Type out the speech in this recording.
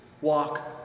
Walk